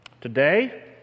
today